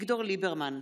אביגדור ליברמן,